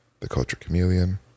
theculturechameleon